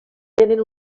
tenen